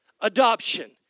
adoption